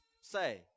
say